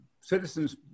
citizens